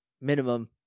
minimum